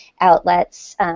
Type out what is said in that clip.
outlets